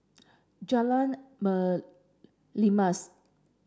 Jalan Merlimau